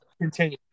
Continue